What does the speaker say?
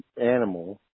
animal